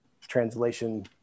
translation